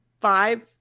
five